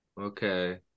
Okay